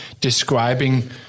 describing